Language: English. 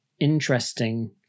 interesting